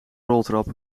roltrap